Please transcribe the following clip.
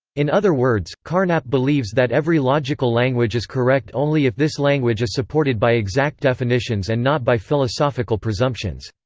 in other words, carnap believes that every logical language is correct only if this language is supported by exact definitions and not by philosophical presumptions.